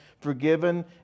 forgiven